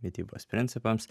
mitybos principams